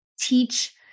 teach